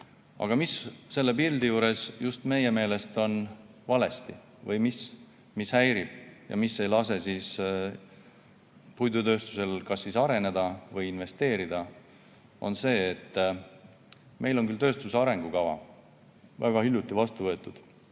Aga mis sellel pildil just meie meelest on valesti või mis häirib ja mis ei lase puidutööstusel kas areneda või investeerida? Meil sai küll tööstuse arengukava hiljuti vastu võetud